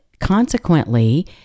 consequently